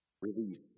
Release